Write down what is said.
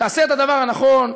תעשה את הדבר הנכון,